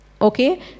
okay